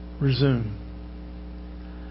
resume